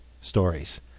stories